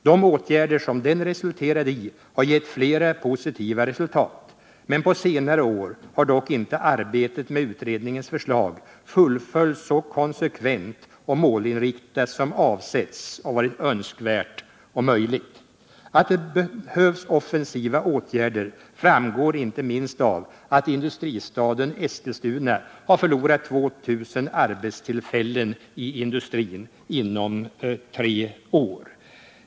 De åtgärder som den gav upphov till har gett flera positiva resultat. Men på senare år har inte arbetet med utredningens förslag fullföljts så konsekvent och målinriktat som avsetts och varit önskvärt och möjligt. Att det behövs offensiva åtgärder framgår inte minst av att industristaden Eskilstuna har förlorat 2 000 arbetstillfällen inom industrin under tre år.